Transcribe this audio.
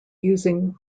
using